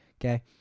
okay